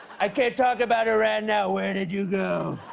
i can't talk about iran now. where did you go?